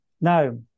Now